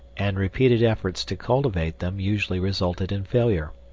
and repeated efforts to cultivate them usually resulted in failure.